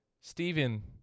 Stephen